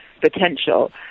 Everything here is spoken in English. potential